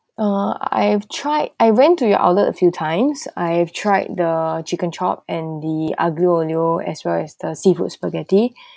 uh I have tried I went to your outlet a few times I have tried the chicken chop and the aglio olio as well as the seafood spaghetti